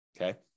Okay